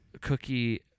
Cookie